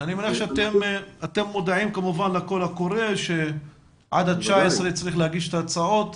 אני מניח שאתם מודעים כמובן לקול הקורא שעד ה-19 צריך להגיש את ההצעות?